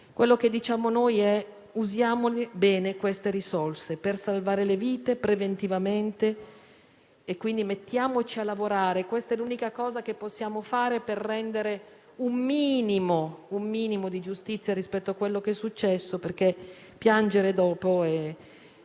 che chiediamo è di usare bene queste risorse per salvare preventivamente le vite. Quindi, mettiamoci a lavorare. È l'unica cosa che possiamo fare per rendere un minimo di giustizia rispetto a quello che è successo, perché piangere dopo è